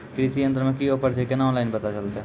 कृषि यंत्र मे की ऑफर छै केना ऑनलाइन पता चलतै?